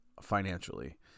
financially